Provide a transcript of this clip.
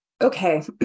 Okay